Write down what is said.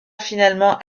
finalement